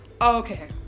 okay